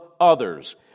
others